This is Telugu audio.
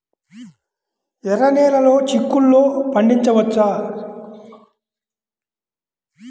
ఎర్ర నెలలో చిక్కుల్లో పండించవచ్చా?